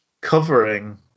covering